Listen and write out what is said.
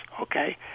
okay